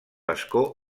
escó